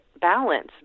balance